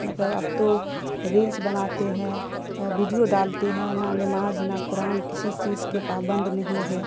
مطلب اب تو ریلس بناتے ہیں بیڈیو ڈالتے ہیں نہ نماز نہ قرآن کسی چیز کے پابند نہیں ہے